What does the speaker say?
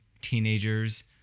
teenagers